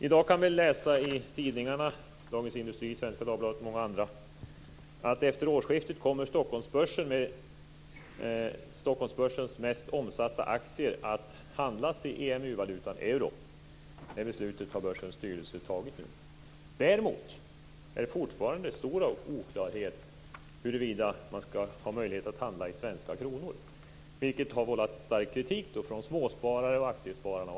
I dag kan vi läsa i tidningarna - Dagens Industri, Svenska Dagbladet och många andra - att Stockholmsbörsens mest omsatta aktier kommer att handlas i EMU-valutan euro efter årsskiftet. Det beslutet har börsens styrelse fattat nu. Däremot råder det fortfarande stor oklarhet när det gäller huruvida man skall ha möjlighet att handla i svenska kronor, vilket har vållat stark kritik från småsparare och andra.